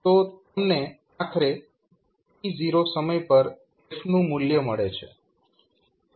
તો તમને આખરે t0સમય પર f નું મૂલ્ય મળે છે